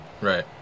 Right